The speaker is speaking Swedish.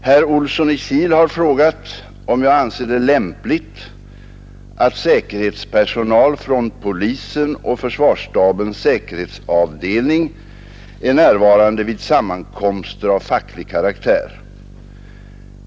Herr Olsson i Kil har frågat mig om jag anser det lämpligt att säkerhetspersonal från polisen och försvarsstabens säkerhetsavdelning är närvarande vid sammankomster av facklig karaktär.